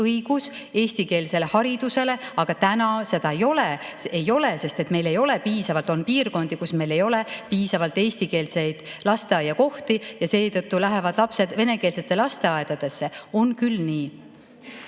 õigus eestikeelsele haridusele, aga praegu seda ei ole. Ei ole, sest meil on piirkondi, kus meil ei ole piisavalt eestikeelseid lasteaiakohti ja seetõttu lähevad lapsed venekeelsetesse lasteaedadesse. On küll nii.